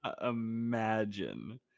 imagine